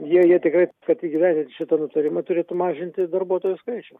jie jie tikrai kad įgyvendint šitą nutarimą turėtų mažinti darbuotojų skaičių